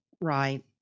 Right